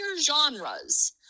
genres